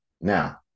now